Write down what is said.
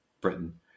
Britain